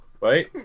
right